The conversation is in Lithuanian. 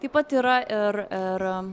taip pat yra ir ir